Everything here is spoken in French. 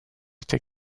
été